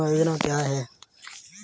बीमा योजना क्या है?